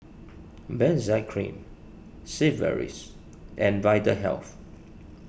Benzac Cream Sigvaris and Vitahealth